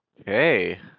okay